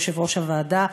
יושב-ראש הוועדה,